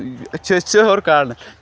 أسۍ چھِ أسۍ چھِ ہیوٚر کھالان